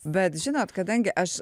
bet žinot kadangi aš